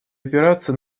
опираться